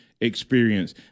experience